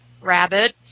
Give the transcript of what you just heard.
rabbit